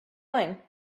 going